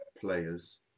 players